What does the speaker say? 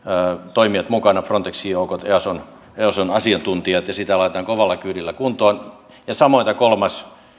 toimijat mukana frontexin joukot eason eason asiantuntijat ja sitä laitetaan kovalla kyydillä kuntoon samoin tämä kolmas